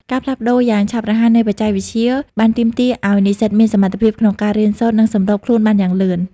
ការផ្លាស់ប្តូរយ៉ាងឆាប់រហ័សនៃបច្ចេកវិទ្យាបានទាមទារឲ្យនិស្សិតមានសមត្ថភាពក្នុងការរៀនសូត្រ និងសម្របខ្លួនបានលឿន។